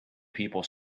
people